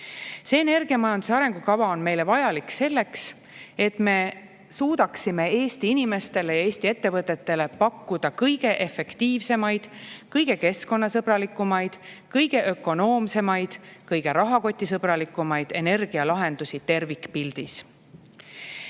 Energiamajanduse arengukava on meile vajalik selleks, et me suudaksime Eesti inimestele ja Eesti ettevõtetele pakkuda kõige efektiivsemaid, kõige keskkonnasõbralikumaid, kõige ökonoomsemaid, kõige rahakotisõbralikumaid energialahendusi tervikpildis.